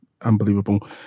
unbelievable